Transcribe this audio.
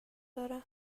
دارم